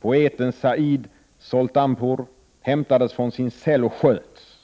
Poeten Said Soltanpour hämtades från sin cell och sköts.